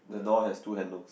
the door has two handles